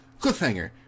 Cliffhanger